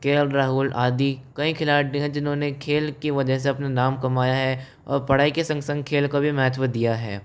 के एल राहुल आदि कई खिलाड़ी हैं जिन्होंने खेल की वजह से अपना नाम कमाया है और पढ़ाई के संग संग खेल को भी महत्व दिया है